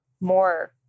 more